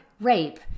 rape